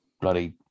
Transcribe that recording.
bloody